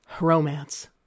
Romance